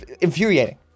Infuriating